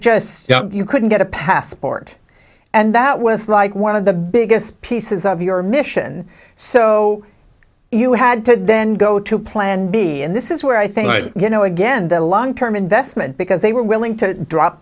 just you couldn't get a passport and that was like one of the biggest pieces of your mission so you had to then go to plan b and this is where i think i you know again the long term investment because they were willing to drop